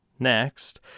Next